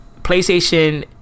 PlayStation